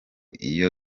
iyo